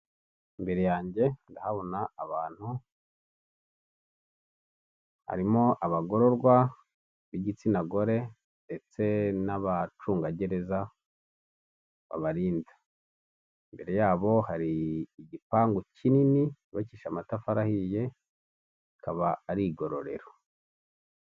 Imbare yanjye ndahabona harimo abagororwa b'igitsina gore ndetse n'abacungagereza babarinda imbere yabo hari igipangu kinini cyubakishije amatafari ahiye akaba ari igororero.